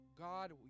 God